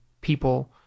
people